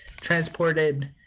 transported